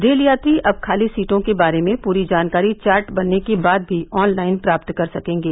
रेलयात्री अब खाली सीटों के बारे में पूरी जानकारी चार्ट बनने के बाद भी ऑनलाइन प्राप्त कर सकेंगे